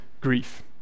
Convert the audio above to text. grief